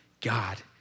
God